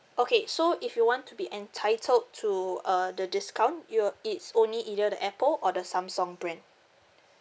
okay so if you want to be entitled to uh the discount it will it's only either the Apple or the Samsung brand